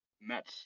match